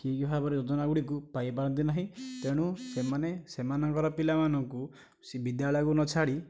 ଠିକ୍ ଭାବରେ ଯୋଜନା ଗୁଡ଼ିକ ପାଇ ପାରନ୍ତି ନାହିଁ ତେଣୁ ସେମାନେ ସେମାନଙ୍କର ପିଲାମାନଙ୍କୁ ସେହି ବିଦ୍ୟାଳୟକୁ ନ ଛାଡ଼ି